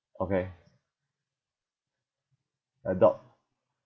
okay adopt